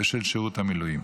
בשל שירות המילואים.